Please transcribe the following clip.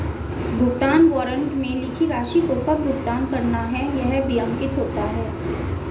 भुगतान वारन्ट में लिखी राशि को कब भुगतान करना है यह भी अंकित होता है